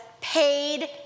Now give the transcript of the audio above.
paid